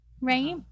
right